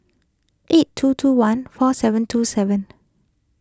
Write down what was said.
eight two two one four seven two seven